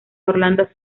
orlando